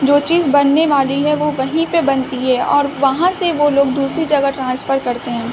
جو چیز بننے والی ہے وہ وہیں پہ بنتی ہے اور وہاں سے وہ لوگ دوسری جگہ ٹرانسفر کرتے ہیں